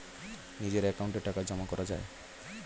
নিজের অ্যাকাউন্টে টাকা জমা করা যায়